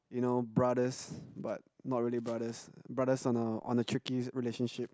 you know brothers but not really brothers brothers on a on a tricky relationship